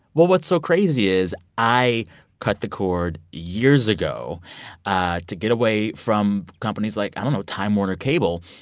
well, what's so crazy is i cut the cord years ago to get away from companies like i don't know time warner cable.